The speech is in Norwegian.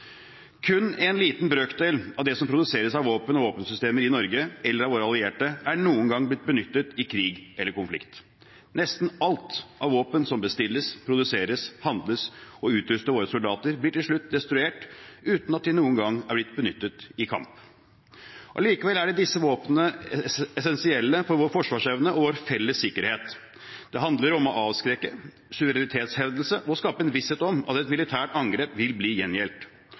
Kun en liten brøkdel av det som produseres av våpen og våpensystemer i Norge eller hos våre allierte, er noen gang blitt benyttet i krig eller konflikt. Nesten alt av våpen som bestilles, produseres, handles og utruster våre soldater, blir til slutt destruert, uten at det noen gang er blitt benyttet i kamp. Allikevel er disse våpnene essensielle for vår forsvarsevne og vår felles sikkerhet. Det handler om å avskrekke, det handler om suverenitetshevdelse, og det handler om å skape en visshet om at et militært angrep vil bli gjengjeldt.